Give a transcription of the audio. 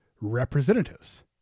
representatives